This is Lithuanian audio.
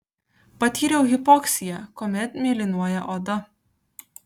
patyriau hipoksiją kuomet mėlynuoja oda